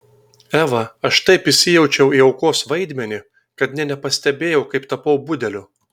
eva aš taip įsijaučiau į aukos vaidmenį kad nė nepastebėjau kaip tapau budeliu